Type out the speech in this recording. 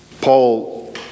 Paul